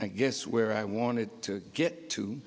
i guess where i wanted to get to